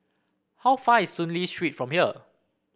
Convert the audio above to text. how far is Soon Lee Street from here